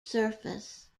surface